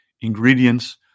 ingredients